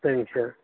சரிங்க சார்